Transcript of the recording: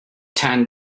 ten